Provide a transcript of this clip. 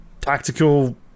tactical